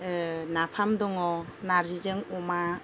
नाफाम दङ नार्जिजों अमा